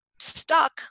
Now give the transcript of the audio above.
stuck